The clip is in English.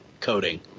coding